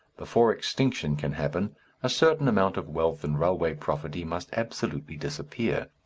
before extinction can happen a certain amount of wealth in railway property must absolutely disappear.